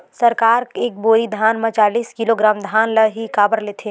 सरकार एक बोरी धान म चालीस किलोग्राम धान ल ही काबर लेथे?